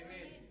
Amen